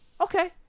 Okay